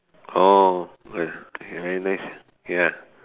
orh ya very nice ya